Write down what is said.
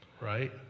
right